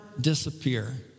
disappear